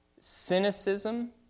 Cynicism